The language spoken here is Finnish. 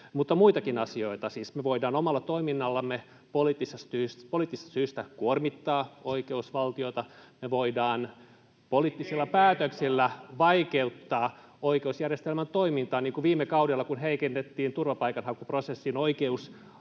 Mutta on muitakin asioita. Siis me voidaan omalla toiminnallamme poliittisista syistä kuormittaa oikeusvaltiota, [Sebastian Tynkkynen: Miten kehtaat?] me voidaan poliittisilla päätöksillä vaikeuttaa oikeusjärjestelmän toimintaa, niin kuin viime kaudella, kun heikennettiin turvapaikanhakuprosessin oikeusavun